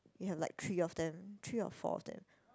we have like three of them three or four of them